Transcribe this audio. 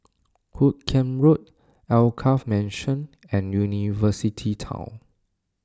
Hoot Kiam Road Alkaff Mansion and University Town